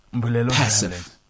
passive